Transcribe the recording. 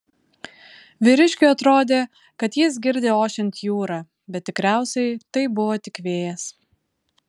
vyriškiui atrodė kad jis girdi ošiant jūrą bet tikriausiai tai buvo tik vėjas